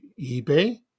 ebay